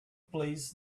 places